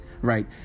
right